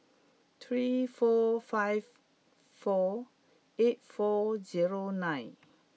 three four five four eight four zero nine